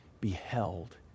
beheld